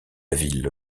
ville